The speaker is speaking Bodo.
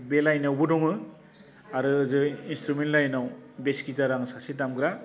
बे लाइनावबो दङो आरो ओजों इन्सथ्रुमेन लाइनाव भेस गिटार आं सासे दामग्रा